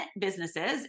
businesses